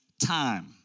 time